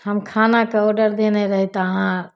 हम खानाके ऑर्डर देने रही तऽ अहाँ